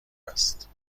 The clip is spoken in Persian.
است